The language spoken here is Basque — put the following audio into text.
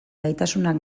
gaitasunak